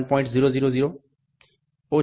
000 4